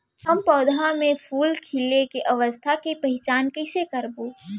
हम पौधा मे फूल खिले के अवस्था के पहिचान कईसे करबो